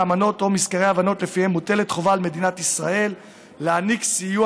האמנות או מזכרי ההבנות שלפיהם מוטלת חובה על מדינת ישראל להעניק סיוע